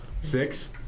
Six